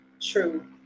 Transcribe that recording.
true